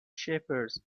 shepherds